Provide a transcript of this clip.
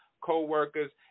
co-workers